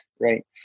right